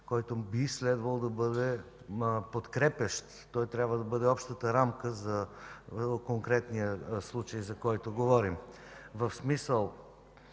който би следвало да бъде подкрепящ. Той трябва да бъде общата рамка за конкретния случай, за който говорим – в смисъл,